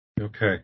Okay